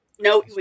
no